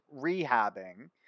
rehabbing